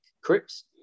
Crips